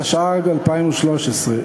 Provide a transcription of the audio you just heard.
התשע"ג 2013,